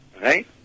Right